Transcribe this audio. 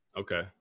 okay